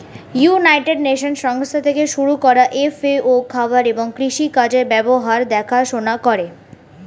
United Nations সংস্থা থেকে শুরু করা এফ.এ.ও খাবার এবং কৃষি কাজের ব্যাপার দেখাশোনা করে